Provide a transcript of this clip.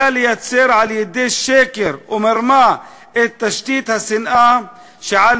היה לייצר על-ידי שקר ומרמה את תשתית השנאה שעל